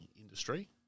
industry